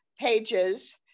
pages